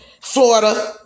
Florida